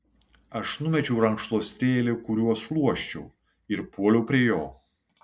aš numečiau rankšluostėlį kuriuo šluosčiau ir puoliau prie jo